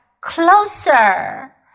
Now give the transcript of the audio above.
closer